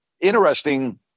interesting